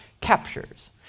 captures